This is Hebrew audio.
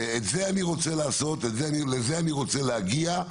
ואת זה אני רוצה לעשות, לזה אני רוצה להגיע.